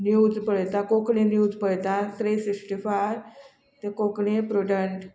news पळयता Konkani news पळयतां three sixty five तें कोंकणी प्रुडंट